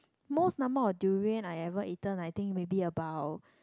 most number of durian I ever eaten I think maybe about